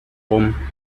rum